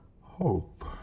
Hope